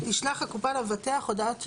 'תשלח הקופה למבטח הודעת תשלום'?